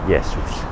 Jesus